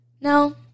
No